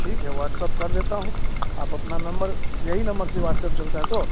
ठीक है व्हाट्सअप कर देता हूँ अपना नंबर यही नंबर से व्हाट्सअप चलता है तो